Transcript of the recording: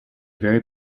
very